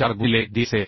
तर fub मूल्य आपण 88 ग्रेड बोल्टसाठी 800 MPa म्हणून शोधू शकतो आणि आता Anb जे आपल्याकडे आहे बोल्टच्या निव्वळ स्ट्रेस क्षेत्राची गणना करण्यासाठी जे 078 पट pi बाय 4 गुणिले डी असेल